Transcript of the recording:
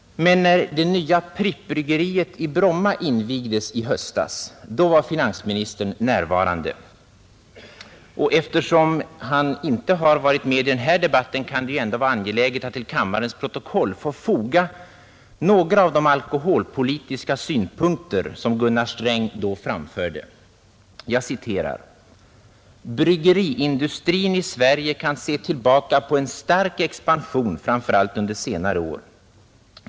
Men när det nya Prippbryggeriet i Bromma invigdes i höstas, då var finansministern närvarande. Eftersom han inte deltagit i den här debatten kan det vara angeläget att till kammarens protokoll få foga några av de alkoholpolitiska synpunkter som Gunnar Sträng då framförde. Han sade: ”Bryggeriindustrin i Sverige kan se tillbaka på en stark expansion framför allt under senare år.